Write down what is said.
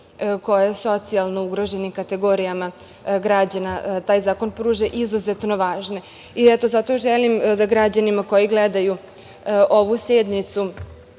koje socijalno ugroženim kategorijama građana taj zakon pruža, izuzetno važne. Zato želim da građanima koji gledaju ovu sednicu